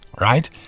Right